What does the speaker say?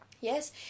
Yes